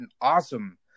awesome